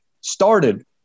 started